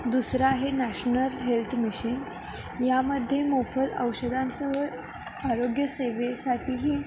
दुसरा आहे national health mission यामध्ये मोफल औषधांसह आरोग्यसेवेसाठीही